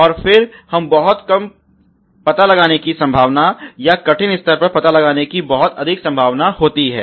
और फिर बहुत कम पता लगाने की संभावना या कठिन स्तर का पता लगाने की बहुत अधिक संभावना होती है